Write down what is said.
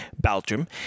Belgium